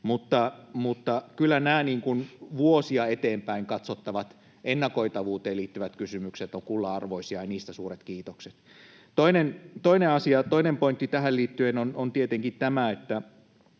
Kyllä nämä vuosia eteenpäin katsottavat, ennakoitavuuteen liittyvät kysymykset ovat kullanarvoisia, ja niistä suuret kiitokset. Toinen asia, toinen pointti tähän liittyen on tietenkin tämä, että